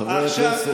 חבר הכנסת בנט, בבקשה.